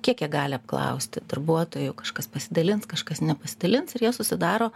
kiek jie gali apklausti darbuotojų kažkas pasidalins kažkas nepasidalins ir jie susidaro